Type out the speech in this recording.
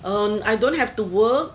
um I don't have to work